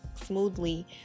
smoothly